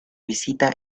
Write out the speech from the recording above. visita